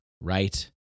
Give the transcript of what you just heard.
right